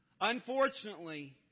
unfortunately